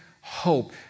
hope